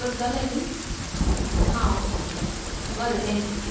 करतले न्ही हां ओके बरें थँक्यू